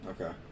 Okay